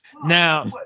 now